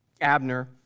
Abner